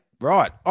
Right